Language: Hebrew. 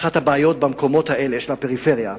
אחת הבעיות במקומות האלה של הפריפריה,